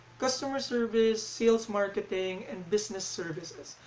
customer service, sales marketing and business services.